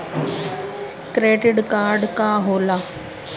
Credit card का होला?